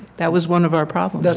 that was one of our problems.